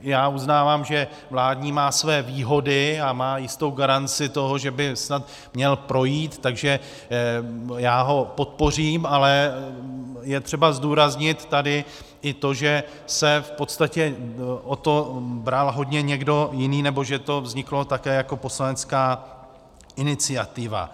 Já uznávám, že vládní má své výhody a má jistou garanci toho, že by snad měl projít, takže já ho podpořím, ale je třeba zdůraznit tady i to, že se v podstatě o to bral hodně někdo jiný, nebo že to vzniklo také jako poslanecká iniciativa.